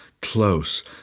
close